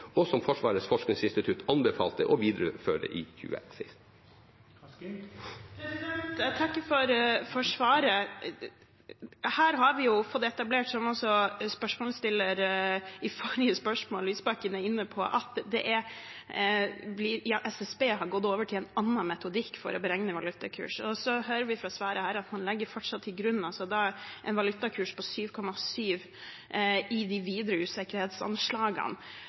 og som Forsvarets forskningsinstitutt anbefalte å videreføre i 2016. Jeg takker for svaret. Her har vi fått etablert – som også spørsmålsstilleren i forrige spørsmål, Lysbakken, er inne på – at SSB har gått over til en annen metodikk for å beregne valutakurs. Så hører vi i svaret her at man fortsatt legger til grunn en valutakurs på 7,7 i de videre usikkerhetsanslagene.